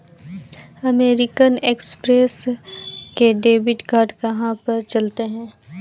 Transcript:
American Express के debit card कहाँ पर चलते हैं?